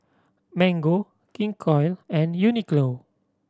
Mango King Koil and Uniqlo